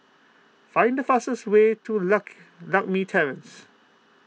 find the fastest way to Lak Lakme Terrace